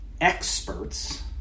experts